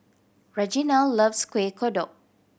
Reginal loves Kueh Kodok